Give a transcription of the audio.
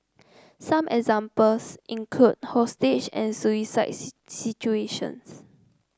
some examples include hostage and suicide situations